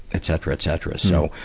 etc, etc. so,